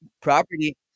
property